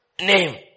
name